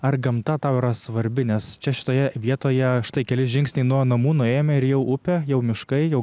ar gamta tau yra svarbi nes čia šitoje vietoje štai keli žingsniai nuo namų nuėjome ir jau upė jau miškai jau